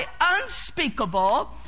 unspeakable